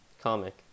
comic